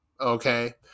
Okay